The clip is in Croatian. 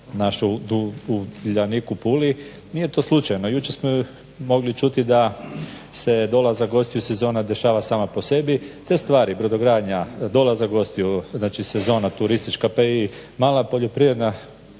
… Uljanik u Puli nije to slučajno. Jučer smo mogli čuti da se dolazak gostiju, sezona dešava sama po sebi. Te stvari brodogradnja, dolazak gostiju, znači sezona turistička pa i mala poljoprivredna